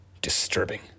Disturbing